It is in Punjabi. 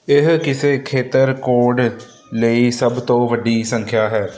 ਇਹ ਕਿਸੇ ਖੇਤਰ ਕੋਡ ਲਈ ਸਭ ਤੋਂ ਵੱਡੀ ਸੰਖਿਆ ਹੈ